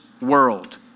world